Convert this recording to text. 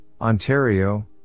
Ontario